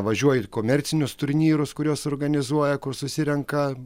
važiuoju ir į komercinius turnyrus kuriuos organizuoja kur susirenka